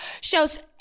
shows